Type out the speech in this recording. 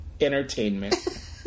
entertainment